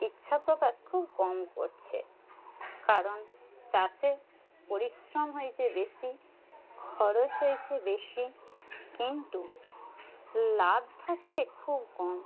ইচ্ছা প্রকাশ খুব কম করছে কারণ চাষে পরিশ্রম হয়েছে বেশি খরচ হয়েছে বেশি কিন্তু লাভ থাকছে খুব কম